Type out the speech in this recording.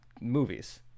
movies